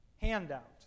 handout